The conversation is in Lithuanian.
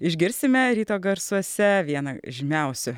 išgirsime ryto garsuose vieną žymiausių